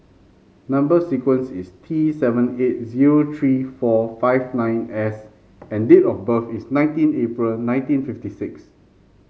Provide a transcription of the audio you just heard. number sequence is T seven eight zero three four five nine S and date of birth is nineteen April nineteen fifty six